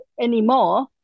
anymore